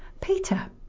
Peter